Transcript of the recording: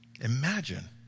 Imagine